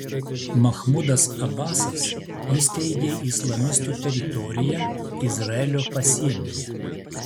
mahmudas abasas įsteigė islamistų teritoriją izraelio pasienyje